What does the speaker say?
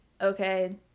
okay